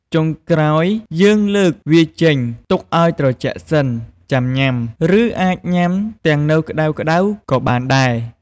ចុងក្រោយយើងលើកវាចេញទុកឱ្យត្រជាក់សិនចាំញ៉ាំ ឬអាចញ៉ាំទាំងនៅក្ដៅៗក៏បានដែរ។